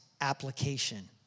application